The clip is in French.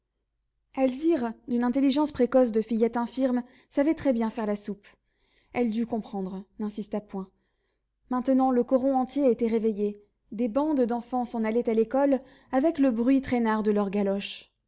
alzire d'une intelligence précoce de fillette infirme savait très bien faire la soupe elle dut comprendre n'insista point maintenant le coron entier était réveillé des bandes d'enfants s'en allaient à l'école avec le bruit traînard de leurs galoches